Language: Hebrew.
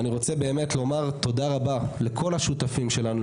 אני מודה לכל השותפים שלנו,